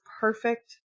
perfect